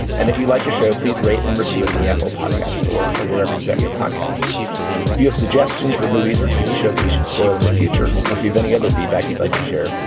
and if you like a show, please rate and review in in the apple podcast store or wherever you got your podcast. if you have suggestions for movies or tv shows, you and should spoil in the future. if you have any other feedback you'd like to share.